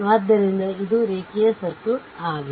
ಆದ್ದರಿಂದ ಇದು ರೇಖೀಯ ಸರ್ಕ್ಯೂಟ್ ಆಗಿದೆ